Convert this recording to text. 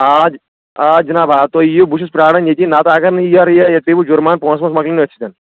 آ آ جناب آ تُہۍ یِیِو بہٕ چھُس پرٛاران ییٚتی نَتہٕ اگر نہٕ یَتھ پیٚیِوٕ جُرمانہٕ پونٛسہٕ وونٛسہٕ مَکلَن أتھۍ سۭتۍ